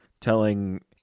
telling